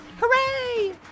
Hooray